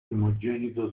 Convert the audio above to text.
primogenito